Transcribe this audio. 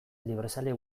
librezale